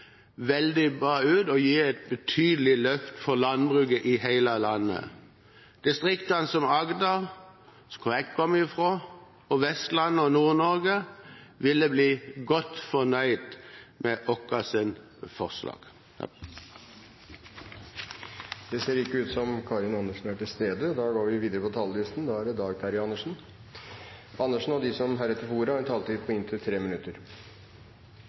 veldig bra ut og gir et betydelig løft for landbruket i hele landet. Distrikter som Agder – der jeg kommer fra – Vestlandet og Nord-Norge ville blitt godt fornøyd med vårt forslag. De talere som heretter får ordet, har en taletid på inntil 3 minutter.